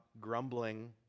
grumbling